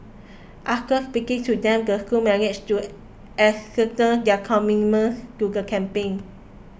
after speaking to them the school managed to ascertain their commitment to the campaign